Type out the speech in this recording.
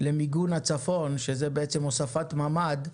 למיגון הצפון, שזה הוספת ממ"ד.